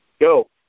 Go